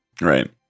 right